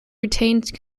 retained